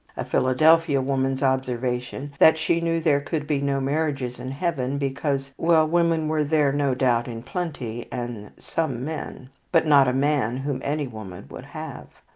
a philadelphia woman's observation, that she knew there could be no marriages in heaven, because well, women were there no doubt in plenty, and some men but not a man whom any woman would have,